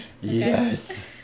Yes